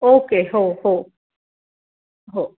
okay हो हो हो